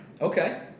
Okay